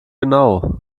genau